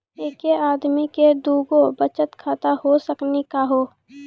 एके आदमी के दू गो बचत खाता हो सकनी का हो?